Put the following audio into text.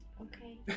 Okay